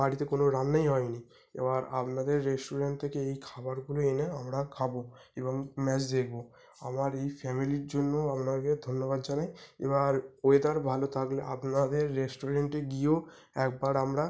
বাড়িতে কোনো রান্নাই হয় নি এবার আপনাদের রেস্টুরেন্ট থেকে এই খাবারগুলো এনে আমরা খাবো এবং ম্যাচ দেখবো আমার এই ফ্যামেলির জন্যও আপনাকে ধন্যবাদ জানাই এবার ওয়েদার ভালো থাকলে আপনাদের রেস্টুরেন্টে গিয়েও একবার আমরা